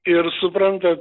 ir suprantat